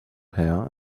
hair